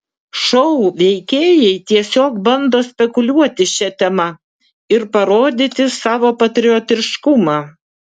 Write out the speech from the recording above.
šou veikėjai tiesiog bando spekuliuoti šia tema ir parodyti savo patriotiškumą